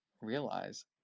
realize